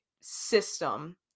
system